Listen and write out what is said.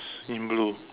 in blue